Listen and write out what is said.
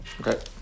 Okay